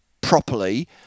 properly